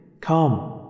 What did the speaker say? come